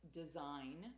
design